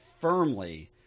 firmly